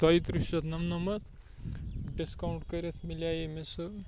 دۄیہِ تٕرٛہ شَتھ نَمنَمَتھ ڈِسکاوُنٛٹ کٔرِتھ مِلیٛاے مےٚ سُہ